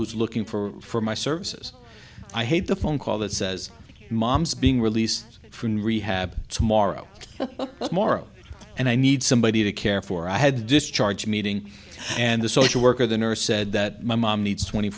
who's looking for my services i hate the phone call that says moms being released from rehab tomorrow morrow and i need somebody to care for i had to discharge meeting and the social worker the nurse said that my mom needs twenty